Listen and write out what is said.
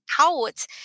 out